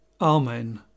Amen